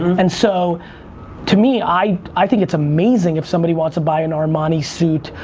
and so to me i i think it's amazing if somebody wants to buy an armani suit,